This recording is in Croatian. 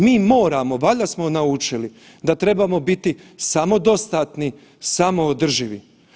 Mi moramo, valjda smo naučili da trebamo biti samodostatni, samoodrživi.